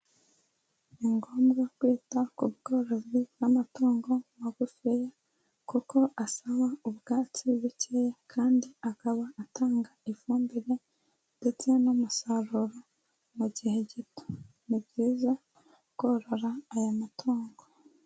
Ni ngombwa kwita ku bworozi bw'amatungo magufiya kuko asaba ubwatsi bukeya kandi akaba atanga ifumbire ndetse n'umusaruro mu gihe gito, ni byiza korora aya matungo.